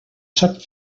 sap